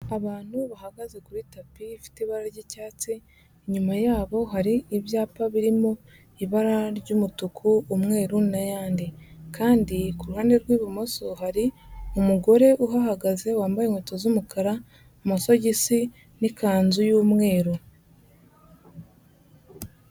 Abantu bahagaze kuri tapi ifite ibara ry'icyatsi inyuma yabo hari ibyapa birimo ibara ry'umutuku, umweru, n'ayandi kandi ku ruhande rw'ibumoso hari umugore uhagaze wambaye inkweto z'umukara, amasogisi. n'ikanzu y'umweru.